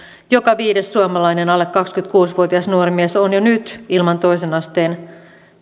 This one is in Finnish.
joka viides suomalainen alle kaksikymmentäkuusi vuotias nuori mies on jo nyt ilman toisen asteen